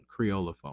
Creolophone